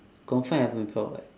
confirm have before [what]